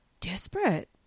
desperate